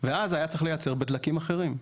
ואז היה צריך לייצר בדלקים אחרים.